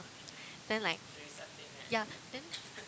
then like ya then